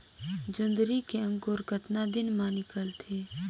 जोंदरी के अंकुर कतना दिन मां निकलथे?